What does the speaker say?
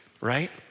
right